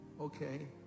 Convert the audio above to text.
okay